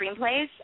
screenplays